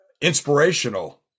inspirational